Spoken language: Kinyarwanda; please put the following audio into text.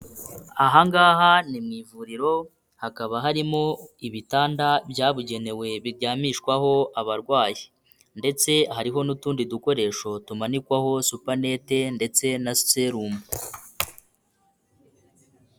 Aha ngaha ni mu ivuriro, hakaba harimo ibitanda byabugenewe biryamishwaho abarwayi ndetse hariho n'utundi dukoresho tumanikwaho supanete ndetse na serumu.